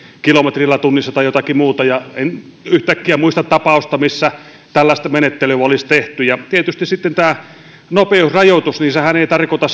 kilometrillä tunnissa mutta en yhtäkkiä muista tapausta missä tällaista menettelyä olisi tehty tietenkään sitten nopeusrajoitus ei ei tarkoita